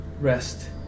Rest